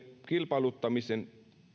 kilpailuttamisen